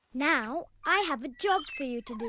now i have a job for you to